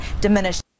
diminished